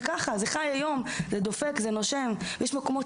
זה חי, דופק ונושם היום.